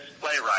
playwright